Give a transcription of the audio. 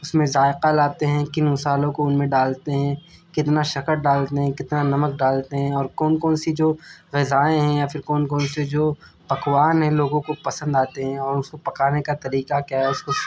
اس میں ذائقہ لاتے ہیں کن مصالحوں کو ان میں ڈالتے ہیں کتنا شکر ڈالتے ہیں کتنا نمک ڈالتے ہیں اور کون کون سی جو غذائیں ہیں یا پھر کون کون سے جو پکوان ہیں لوگوں کو پسند آتے ہیں اور ان کو پکانے کا طریقہ کیا ہے